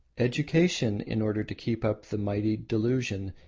education, in order to keep up the mighty delusion,